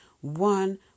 one